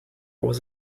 was